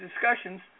discussions